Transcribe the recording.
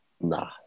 Nah